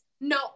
No